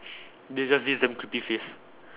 they just give damn creepy face